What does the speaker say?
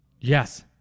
Yes